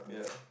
yeah